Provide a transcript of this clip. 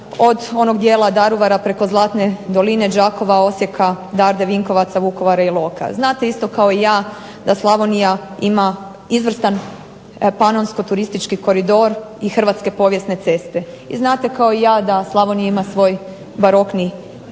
od onog dijela Daruvara, preko Zlatne doline, Đakova, Osijeka, Darde, Vinkovaca, Vukovara, Iloka. Znate isto kao i ja da Slavonija ima izvrstan Panonsko-turistički Koridor i Hrvatske povijesne ceste. I znate dobro kao i ja da Slavonija ima svoj barokni križ.